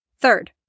Third